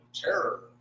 Terror